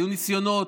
היו ניסיונות.